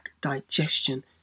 digestion